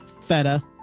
Feta